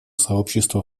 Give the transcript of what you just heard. сообщества